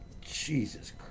Jesus